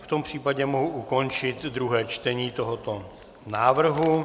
V tom případě mohu ukončit druhé čtení tohoto návrhu.